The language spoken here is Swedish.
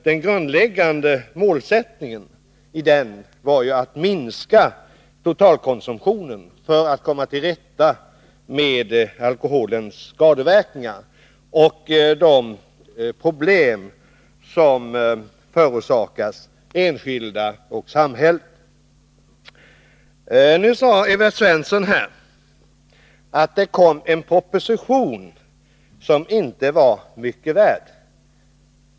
Den grundläggande målsättningen i den var att minska totalkonsumtionen för att komma till rätta med alkoholens skadeverkningar och de problem som förorsakas enskilda och samhället. Evert Svensson sade att det kom en proposition som inte var mycket värd.